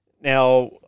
Now